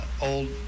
old